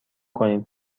کنید